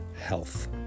health